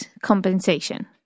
compensation